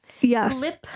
Yes